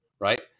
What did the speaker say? Right